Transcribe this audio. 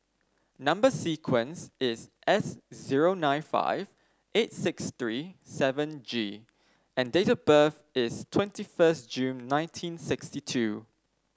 number sequence is S zero nine five eight six three seven G and date of birth is twenty first June nineteen sixty two